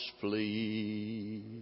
flee